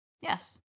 Yes